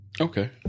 Okay